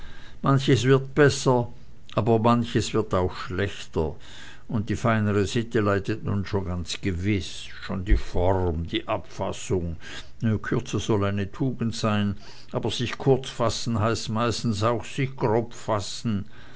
manches wird besser aber manches wird auch schlechter und die feinere sitte leidet nun schon ganz gewiß schon die form die abfassung kürze soll eine tugend sein aber sich kurz fassen heißt meistens auch sich grob fassen